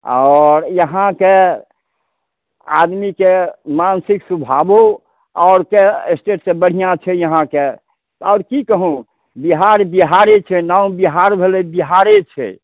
आओर यहाँके आदमीके मानसिक सुभाओ आओरके स्टेट से बढ़िआँ छै यहाँके आओर की कहूँ बिहार बिहारे छै नाओ बिहार भेलै बिहारे छै